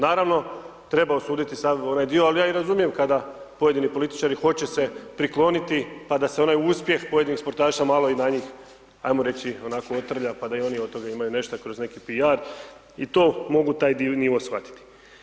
Naravno, treba osuditi sav onaj dio, ali ja i razumijem kada pojedini političari, hoće se prikloniti, pa da se onaj uspjeh pojedinih sportaša, malo i na njih, ajmo reći, otrlja, pa da i oni od toga imaju nešto kroz neki p.r. i to mogu taj dio njihov shvatiti.